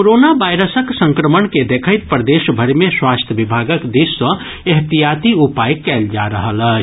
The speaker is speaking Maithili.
कोरोना वायरसक संक्रमण के देखैत प्रदेशभरि मे स्वास्थ्य विभागक दिस सँ एहतियाती उपाय कयल जा रहल अछि